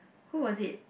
who was it